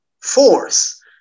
force